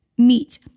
meat